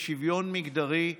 בשוויון מגדרי,